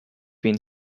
been